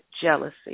jealousy